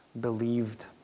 believed